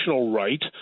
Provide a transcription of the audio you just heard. right